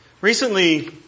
Recently